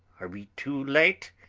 are we too late?